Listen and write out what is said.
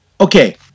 Okay